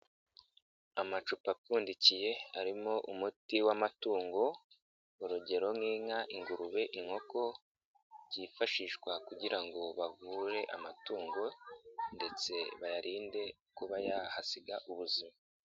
Amacupa apfundikiye, arimo umuti w'amatungo, urugero nk'inka, ingurube, inkoko, byifashishwa kugira ngo bavure amatungo ndetse bayarinde kuba yahasiga ubuzima.